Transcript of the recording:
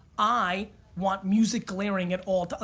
i want music glaring at all,